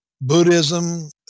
Buddhism